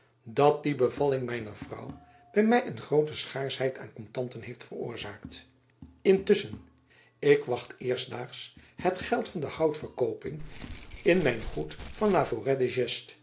dat die bevalling mijner vrouw by my een groote schaarsheid aan kontanten heeft veroorzaakt intusschen ik wacht eerstdaags het geld van de houtverkooping in mijn goed van